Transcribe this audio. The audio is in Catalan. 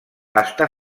està